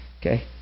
Okay